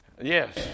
Yes